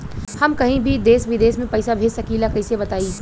हम कहीं भी देश विदेश में पैसा भेज सकीला कईसे बताई?